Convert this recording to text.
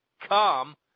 come